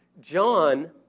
John